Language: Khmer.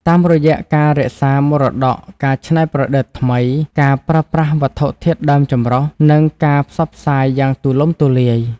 តាមរយៈ ការរក្សាមរតក ការច្នៃប្រឌិតថ្មី ការប្រើប្រាស់វត្ថុធាតុដើមចម្រុះ និងការផ្សព្វផ្សាយយ៉ាងទូលំទូលាយ។